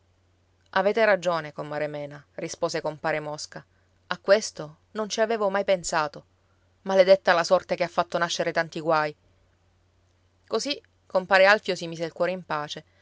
avete ragione comare mena rispose compare mosca a questo non ci avevo mai pensato maledetta la sorte che ha fatto nascere tanti guai così compare alfio si mise il cuore in pace